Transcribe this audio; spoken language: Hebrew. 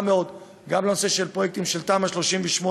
מאוד גם לנושא של פרויקטים של תמ"א 38,